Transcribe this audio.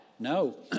No